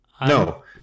No